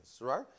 right